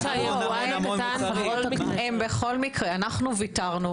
אנחנו ויתרנו,